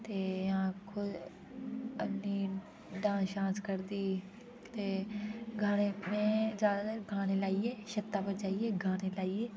ते आक्खो हाली डांस शांस करदी ते गाने में जादैतर गाने लाइयै छत्ता पर जाइयै गाने लाइयै